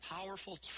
Powerful